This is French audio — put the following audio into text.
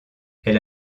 elle